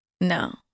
no